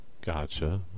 gotcha